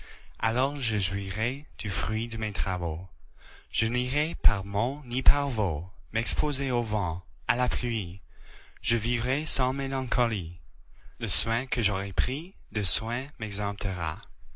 alors je jouirai du fruit de mes travaux je n'irai par monts ni par vaux m'exposer au vent à la pluie je vivrai sans mélancolie le soin que j'aurai pris de soins